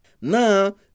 Now